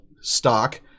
stock